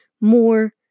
more